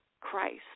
Christ